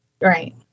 Right